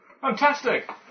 Fantastic